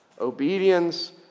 obedience